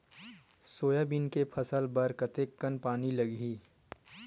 Soybean के फसल बर कतेक कन पानी लगही?